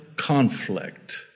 conflict